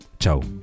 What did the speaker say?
Ciao